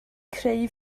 creu